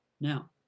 now